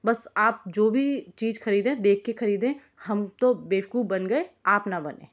बस आप जो भी चीज़ खरीदें देख के खरीदें हम तो बेवकूफ बन गए आप ना बनें